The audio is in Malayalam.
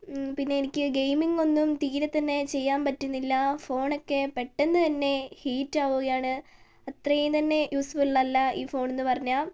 പിന്നെ എനിക്ക് ഗേയ്മിങ്ങൊന്നും തീരത്തന്നെ ചെയ്യാൻ പറ്റുന്നില്ല ഫോണൊക്കെ പെട്ടന്ന് തന്നെ ഹീറ്റാവുകയാണ് അത്രയും തന്നെ യൂസ് ഫുള്ളല്ല ഈ ഫോണെന്നു പറഞ്ഞാൽ